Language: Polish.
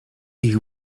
ich